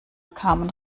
kamen